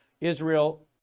Israel